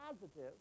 positive